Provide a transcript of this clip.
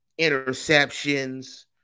interceptions